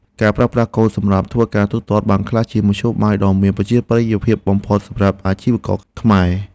ការប្រើប្រាស់កូដសម្រាប់ធ្វើការទូទាត់បានក្លាយជាមធ្យោបាយដ៏មានប្រជាប្រិយភាពបំផុតសម្រាប់អាជីវករខ្មែរ។